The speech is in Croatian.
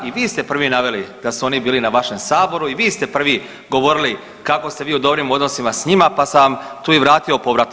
I vi ste prvi naveli da su oni bili na vašem Saboru i vi ste prvi govorili kako ste vi u dobrim odnosima s njima, pa sam i tu vratio povratno.